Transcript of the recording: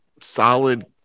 solid